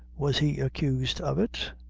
was he accused of it?